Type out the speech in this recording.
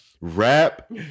Rap